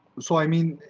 so, i mean,